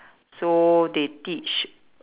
so they teach